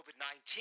COVID-19